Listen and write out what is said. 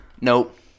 Nope